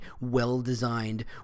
well-designed